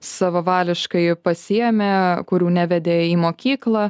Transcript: savavališkai pasiėmė kurių nevedė į mokyklą